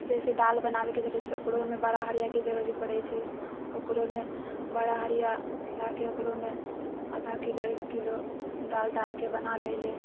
जैसे दालि बनाबेके जरुरी छै ओकरोमे बड़ा हड़ियाके जरुरी पड़ै छै ओकरोमे बड़ा हड़िया लाके ओकरोमे आधा किलो एक किलो दालि डालके बना ले होले